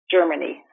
Germany